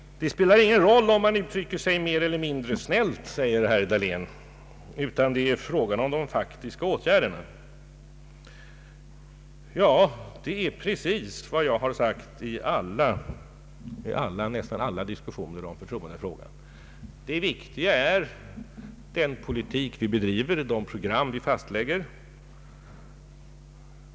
Det spelar ingen roll om man uttrycker sig mer eller mindre snällt, säger han, utan det är fråga om de faktiska åtgärderna. Ja, det är precis vad jag har sagt i nästan alla diskussioner om förtroendefrågan. Det viktiga är den politik vi bedriver, de program vi fastställer.